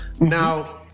Now